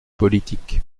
politiques